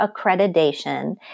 accreditation